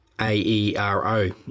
A-E-R-O